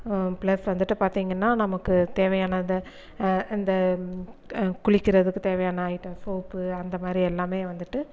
plus வந்துட்டு பார்த்திங்கனா நமக்கு தேவையானதை இந்த குளிக்கிறதுக்கு தேவையான ஐட்டம் சோப்பு அந்த மாதிரி எல்லாமே வந்துட்டு